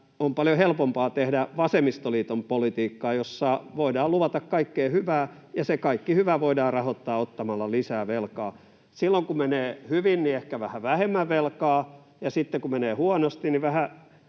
on paljon helpompaa tehdä vasemmistoliiton politiikkaa, jossa voidaan luvata kaikkea hyvää ja se kaikki hyvä voidaan rahoittaa ottamalla lisää velkaa — silloin kun menee hyvin, niin ehkä vähän vähemmän velkaa, ja sitten kun menee huonosti, niin vähän